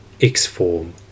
X-Form